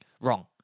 Wrong